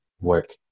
work